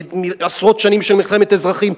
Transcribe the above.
עשרות שנים של מלחמת אזרחים.